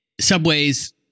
subways